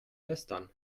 lästern